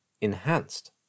enhanced